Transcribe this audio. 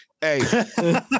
Hey